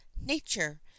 nature